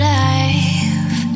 life